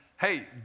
hey